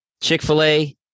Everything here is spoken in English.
Chick-fil-A